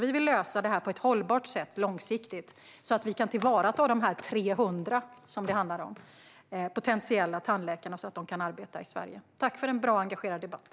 Vi vill lösa detta på ett hållbart sätt, långsiktigt, så att vi kan tillvarata de 300 potentiella tandläkare som det handlar om, så att de kan arbeta i Sverige. Tack för en bra och engagerad debatt!